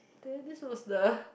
there this was the